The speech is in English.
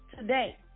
today